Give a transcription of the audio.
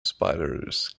spiders